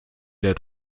der